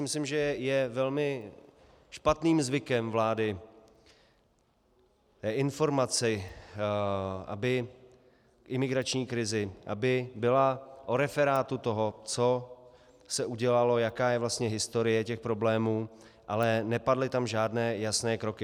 Myslím si, že je velmi špatným zvykem vlády k informaci k imigrační krizi, aby byla o referátu toho, co se udělalo, jaká je vlastně historie problémů, ale nepadly tam žádné jasné kroky.